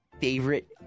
favorite